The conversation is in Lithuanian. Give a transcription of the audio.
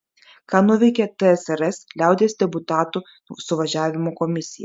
ką nuveikė tsrs liaudies deputatų suvažiavimo komisija